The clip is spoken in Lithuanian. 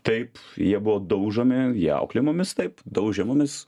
taip jie buvo daužomi jie auklėjo mus taip daužė mumis